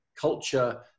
culture